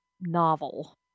novel